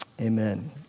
Amen